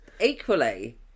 Equally